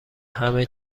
همه